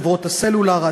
חברות הסלולר,